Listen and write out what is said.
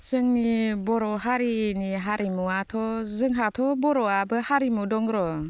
जोंनि बर' हारिनि हारिमुआथ' जोंहाथ' बर'आबो हारिमु दं र'